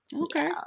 Okay